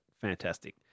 fantastic